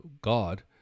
God